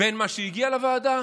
בין מה שהגיע לוועדה